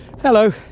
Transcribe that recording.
Hello